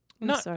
No